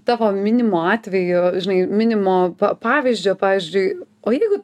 tavo minimo atvejo žinai minimo pavyzdžio pavyzdžiui o jeigu